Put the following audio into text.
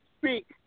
speak